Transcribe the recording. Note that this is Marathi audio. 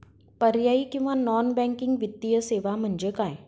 पर्यायी किंवा नॉन बँकिंग वित्तीय सेवा म्हणजे काय?